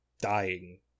dying